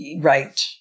Right